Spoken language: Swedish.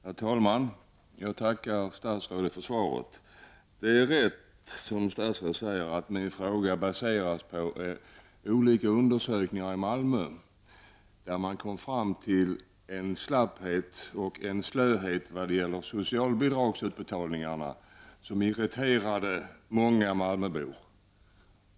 Herr talman! Jag tackar statsrådet för svaret. Det är rätt, som statsrådet säger, att min fråga baserar sig på olika undersökningar i Malmö, där man har kommit fram till att det förekommer slapphet och slöhet när det gäller socialbidragsutbetalningarna. Det irriterar många malmöbor.